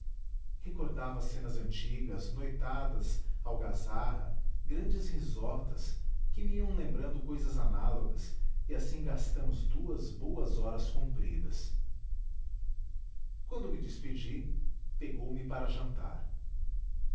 recordava cenas antigas noitadas algazarra grandes risotas que me iam lembrando cousas análogas e assim gastamos duas boas horas compridas quando me despedi pegou-me para jantar